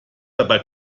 dabei